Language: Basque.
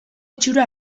itxura